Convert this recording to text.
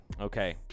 Okay